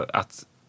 att